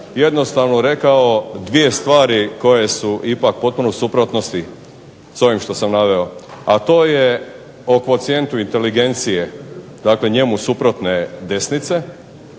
jednostavno rekao dvije stvari koje su ipak u potpuno u suprotnosti s onim što sam naveo. A to je o kvocijentu inteligencije dakle njemu suprotne desnice,